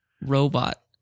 robot